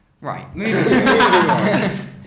Right